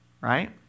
Right